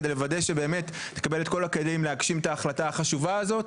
כדי לוודא שבאמת תקבל את כל הכלים להגשים את ההחלטה החשובה הזאת,